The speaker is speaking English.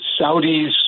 Saudis